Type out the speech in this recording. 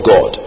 God